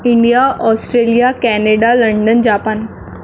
India Australia Canada London Japan